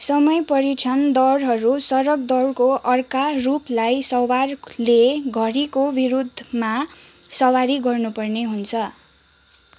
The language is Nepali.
समय परिक्षण दौडहरू सडक दौडको अर्का रूपलाई सवारले घडीको विरुद्धमा सवारी गर्नुपर्ने हुन्छ